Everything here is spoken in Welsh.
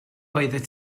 oeddet